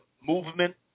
movement